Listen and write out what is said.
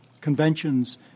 Convention's